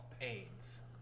aids